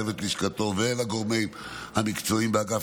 לצוות לשכתו ולגורמים המקצועיים באגף